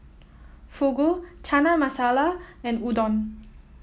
Fugu Chana Masala and Udon